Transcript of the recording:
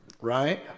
Right